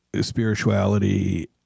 spirituality